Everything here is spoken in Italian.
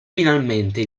finalmente